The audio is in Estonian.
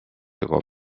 juba